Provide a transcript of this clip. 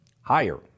higher